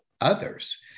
others